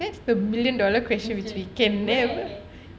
that's the million dollar question can where